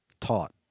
taught